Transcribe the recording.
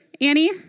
Annie